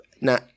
Now